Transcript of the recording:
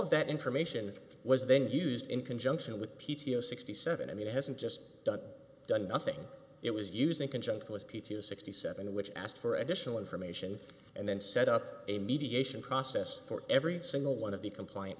of that information was then used in conjunction with p t o sixty seven i mean it hasn't just done done nothing it was used in conjunction with p t s sixty seven dollars which asked for additional information and then set up a mediation process for every single one of the compliant